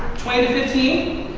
twenty to fifteen?